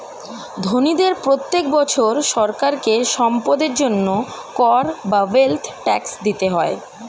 ধনীদের প্রত্যেক বছর সরকারকে সম্পদের জন্য কর বা ওয়েলথ ট্যাক্স দিতে হয়